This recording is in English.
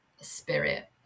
spirit